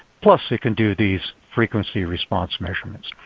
plus it can do these frequency response measurements.